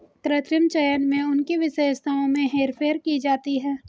कृत्रिम चयन में उनकी विशेषताओं में हेरफेर की जाती है